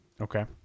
Okay